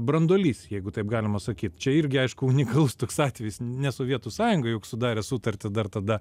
branduolys jeigu taip galima sakyt čia irgi aišku unikalus toks atvejis ne sovietų sąjunga juk sudarė sutartį dar tada